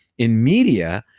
in media,